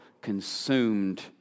consumed